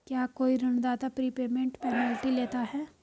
क्या कोई ऋणदाता प्रीपेमेंट पेनल्टी लेता है?